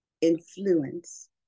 influence